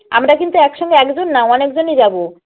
আমরা কিন্তু একসঙ্গে একজন না অনেকজনই যাবো